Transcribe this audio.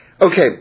okay